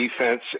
defense